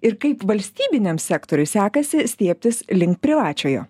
ir kaip valstybiniam sektoriui sekasi stiebtis link privačiojo